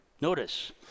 Notice